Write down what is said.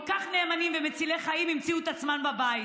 כך נאמנים ומצילי חיים ימצאו את עצמם בבית.